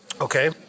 Okay